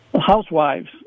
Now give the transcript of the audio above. Housewives